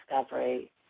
discovery